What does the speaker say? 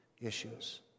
issues